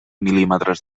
mil·límetres